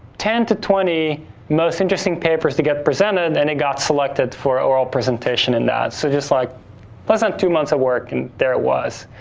ten to twenty most interesting papers to get presented, and it got selected for oral presentation in that. so, just like less than two months of work, and there it was.